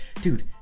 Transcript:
dude